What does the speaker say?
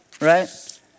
right